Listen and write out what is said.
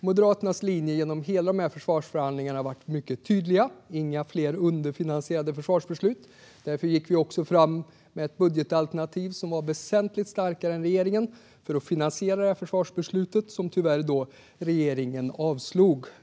Moderaternas linje genom alla försvarsförhandlingar har varit mycket tydlig: inga fler underfinansierade försvarsbeslut. Därför förde vi också fram ett budgetalternativ som var väsentligt starkare än regeringens för att finansiera försvarsbeslutet, men tyvärr avslog regeringen det.